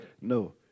no